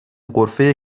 غرفه